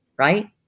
right